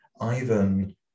Ivan